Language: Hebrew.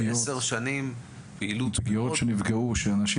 כמה זמן תצטרכו כדי לתקן את סעיף